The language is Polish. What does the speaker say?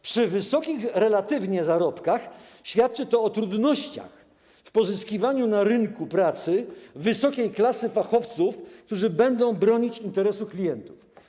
Przy relatywnie wysokich zarobkach świadczy to o trudnościach w pozyskiwaniu na rynku pracy wysokiej klasy fachowców, którzy będą bronić interesu klientów.